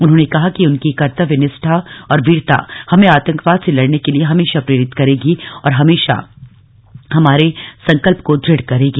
उन्होंने कहा कि उनकी कर्तव्य निष्ठा और वीरता हमें आतंकवाद से लड़ने के लिए हमेशा प्रेरित करेगी और हमारे संकल्प को दृढ़ करेगी